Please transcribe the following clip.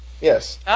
Yes